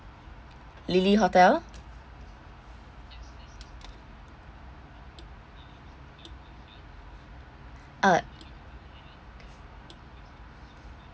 lily hotel uh